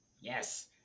yes